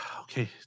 Okay